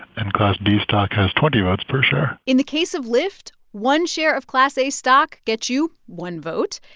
and class b stock has twenty votes per share in the case of lyft, one share of class a stock gets you one vote.